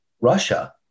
Russia